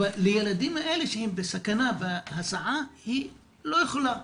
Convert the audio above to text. אבל לילדים האלה שהם בסכנה בהסעה היא לא יכולה.